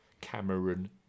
Cameron